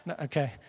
Okay